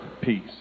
peace